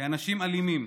כאנשים אלימים,